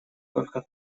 только